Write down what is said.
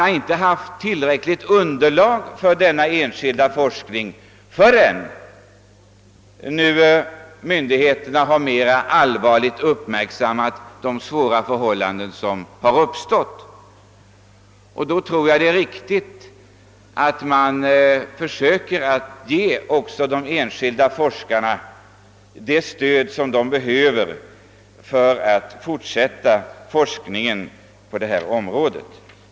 Men det har inte funnits underlag för denna enskilda forskning förrän myndigheterna nu på allvar uppmärksammat de svåra förhållandena. Då tror jag det är riktigt att man försöker ge också de enskilda forskarna det stöd de behöver för att kunna fortsätta forskningen. Herr talman!